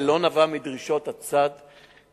ולא נבעה מדרישת הצד שמנגד.